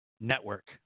Network